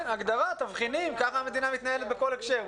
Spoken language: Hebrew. כן, הגדרה, תבחינים, כמה המדינה מתנהלת בכל הקשר.